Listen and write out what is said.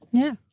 yeah.